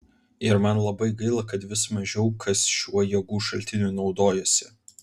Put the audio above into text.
ir man labai gaila kad vis mažiau kas šiuo jėgų šaltiniu naudojasi